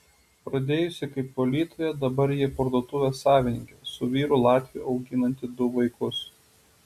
pradėjusi kaip valytoja dabar ji parduotuvės savininkė su vyru latviu auginanti du vaikus